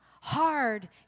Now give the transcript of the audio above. hard